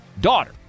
daughter